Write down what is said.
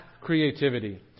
creativity